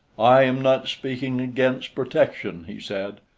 i am not speaking against protection, he said,